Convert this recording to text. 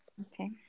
Okay